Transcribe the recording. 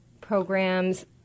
programs